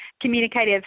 communicative